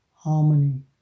Harmony